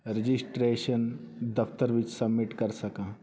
registration ਦਫਤਰ ਵਿੱਚ submit ਕਰ ਸਕਾਂ